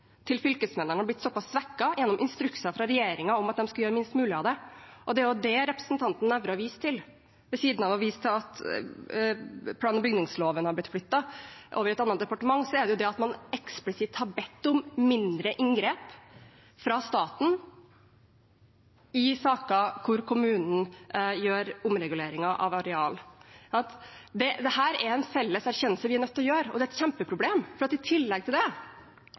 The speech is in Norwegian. til fylkesmennene, har blitt så pass svekket gjennom instrukser fra regjeringen om at de skal gjøre minst mulig av det. Det er dette representanten Nævra viser til, ved siden av å vise til at plan- og bygningsloven har blitt flyttet over i et annet departement. Man har eksplisitt bedt om mindre inngrep fra staten i saker hvor kommunen gjør omreguleringer av areal. Dette er en felles erkjennelse vi er nødt til å gjøre. Og det er et kjempeproblem, for i tillegg til det